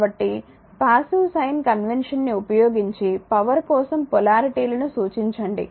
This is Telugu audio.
కాబట్టిపాసివ్ సైన్ కన్వెక్షన్ ని ఉపయోగించి పవర్ కోసం పొలారిటీ లను సూచించండి